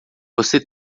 você